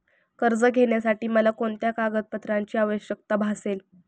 कर्ज घेण्यासाठी मला कोणत्या कागदपत्रांची आवश्यकता भासेल?